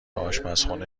آشپزخونه